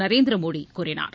நரேந்திர மோடி கூறினார்